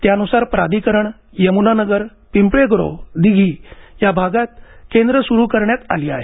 त्यानुसार प्राधिकरण यमुनानगर पिंपळे गुरव दिघी या भागात केंद्र सुरू करण्यात आली आहेत